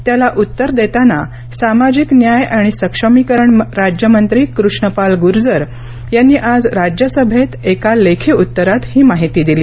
त्याला उत्तर देताना सामाजिक न्याय आणि सक्षमीकरण राज्यमंत्री कृष्ण पाल गुर्जर यांनी आज राज्यसभेत एका लेखी उत्तरात ही माहिती दिली